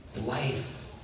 Life